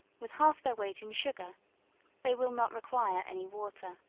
with half their weight in sugar they will not require any water